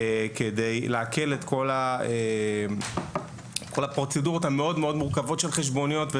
כדי להקל את כל הפרוצדורות המאוד מאוד מורכבות של חשבוניות.